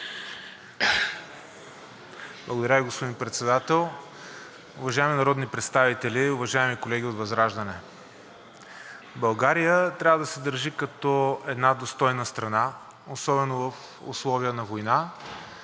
Благодаря, господин Председател. Уважаеми народни представители, уважаеми колеги от ВЪЗРАЖДАНЕ! България трябва да се държи като една достойна страна, особено в условия на война,